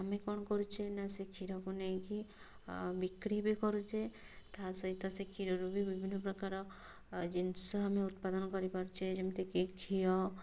ଆମେ କ'ଣ କରୁଛେ ନା ସେ କ୍ଷୀରକୁ ନେଇକି ବିକ୍ରି ବି କରୁଛେ ତା'ସହିତ ସେ କ୍ଷୀରରୁ ବି ବିଭିନ୍ନ ପ୍ରକାର ଜିନିଷ ଆମେ ଉତ୍ପାଦନ କରିପାରୁଛେ ଯେମିତିକି ଘିଅ